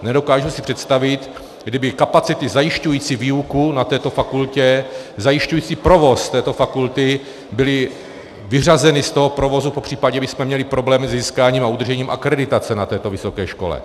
Nedokážu si představit, kdyby kapacity zajišťující výuku na této fakultě, zajišťující provoz této fakulty byly vyřazeny z toho provozu, popřípadě bychom měli problém se získáním a udržením akreditace na této vysoké škole.